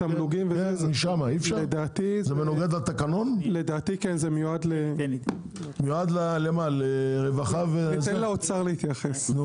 לדעתי זה מיועד- -- ניתן לאוצר להתייחס.